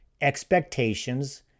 expectations